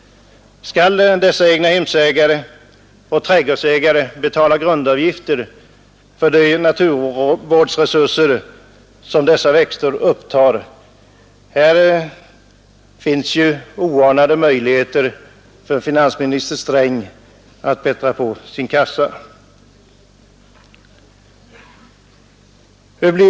Skall dessa egnahemsägare och trädgårdsägare betala grundavgifter för de naturvårdsresurser som dessa växter upptar? Här finns oanade möjligheter för finansminister Sträng att bättra på sin kassa.